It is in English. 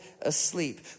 asleep